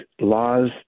laws